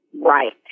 Right